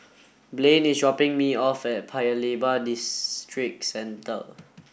Blane is dropping me off at Paya Lebar District centre